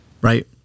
Right